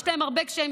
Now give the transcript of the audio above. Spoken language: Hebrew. יש להם הרבה קשיים,